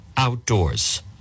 Outdoors